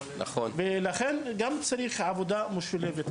לכן צריך לבצע עבודה משולבת,